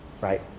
Right